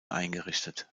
eingerichtet